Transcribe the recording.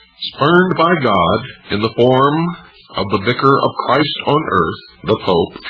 spurned by god in the form of the vicar of christ on earth, the pope,